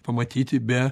pamatyti be